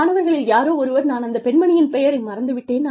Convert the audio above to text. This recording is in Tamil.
மாணவர்களில் யாரோ ஒருவர் நான் அந்த பெண்மணியின் பெயரை மறந்து விட்டேன்